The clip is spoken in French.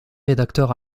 rédacteur